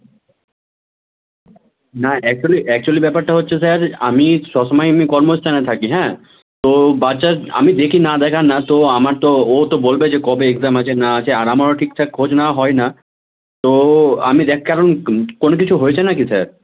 না actually actually ব্যাপারটা হচ্ছে স্যার আমি সব সময় এই নিয়ে কর্ম ব্যাস্ত থাকি হ্যাঁ তো বাচ্চার আমি দেখি না দেখা না তো আমার তো ও তো বলবে যে কবে এক্সাম আছে না আছে আর আমারও ঠিকঠাক খোঁজ নেওয়া হয় না তো আমি দেক কারণ কোনো কিছু হয়েছে না কি স্যার